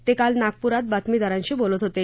ते काल नागपुरात बातमीदारांशी बोलत होते